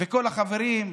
כל החברים,